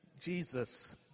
Jesus